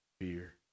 Fear